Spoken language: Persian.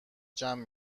جمع